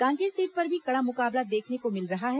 Kanker seat पर भी कड़ा मुकाबला देखने को मिल रहा है